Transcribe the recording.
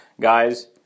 Guys